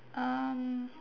um